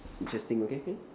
interesting okay can